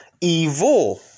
evil